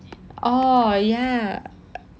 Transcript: oh ya